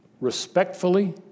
respectfully